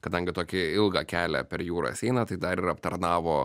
kadangi tokį ilgą kelią per jūras eina tai dar ir aptarnavo